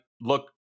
look